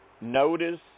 notice